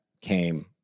came